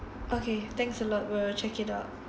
okay thanks a lot will check it out